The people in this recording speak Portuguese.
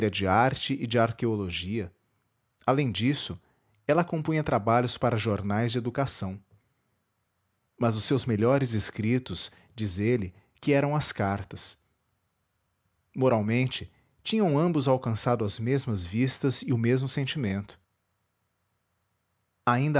de arte e de arqueologia além disso ela compunha trabalhos para jornais de educação mas os seus melhores escritos diz ele que eram as cartas moralmente tinham ambos alcançado as mesmas vistas e o mesmo sentimento ainda